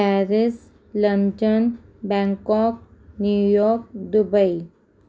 Paris London Bangkok New York Dubai